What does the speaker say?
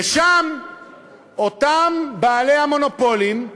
ושם אותם בעלי המונופולים,